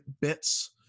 bits